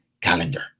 calendar